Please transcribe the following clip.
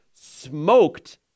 Smoked